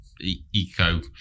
eco